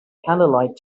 candlelight